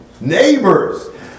neighbors